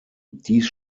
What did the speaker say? dies